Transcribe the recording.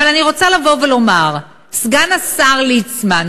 אבל אני רוצה לומר שסגן השר ליצמן,